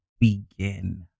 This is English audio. begin